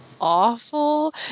awful